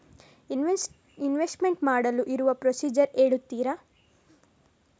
Investment ಮಾಡಲು ಇರುವ procedure ಹೇಳ್ತೀರಾ?